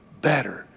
better